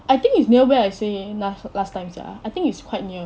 I think is near where I stay last last time sia I think it's quite near